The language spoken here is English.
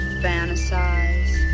fantasize